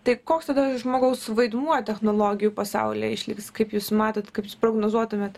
tai koks tada žmogaus vaidmuo technologijų pasaulyje išliks kaip jūs matot kaip jūs prognozuotumėt